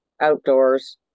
outdoors